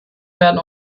werden